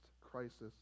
crisis